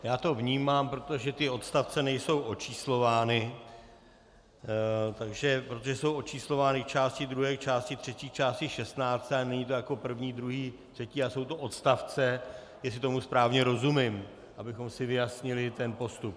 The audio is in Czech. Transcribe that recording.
Já to vnímám, protože ty odstavce nejsou očíslovány, protože jsou očíslovány části druhé, části třetí, části šestnáct, ale není to jako první, druhý, třetí, ale jsou to odstavce, jestli tomu správně rozumím, abychom si vyjasnili ten postup.